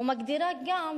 ומגדירה גם,